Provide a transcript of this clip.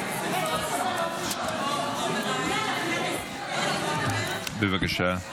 רוצה לסכם ולומר שהבאנו כאן חקיקה שהיא חקיקה